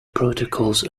protocols